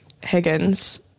Higgins